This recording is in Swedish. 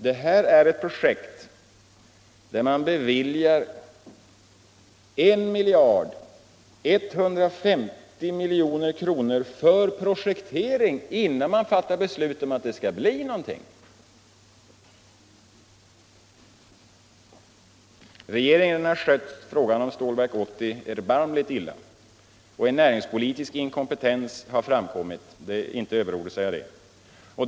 Det här är ett projekt där man beviljar I miljard 150 milj.kr. för projektering innan man fattar beslut om att det skall bli någonting. Regeringen har skött frågan om Stålverk 80 erbarmligt illa. En näringspolitisk inkompetens har framkommit — det är inte överord att säga det.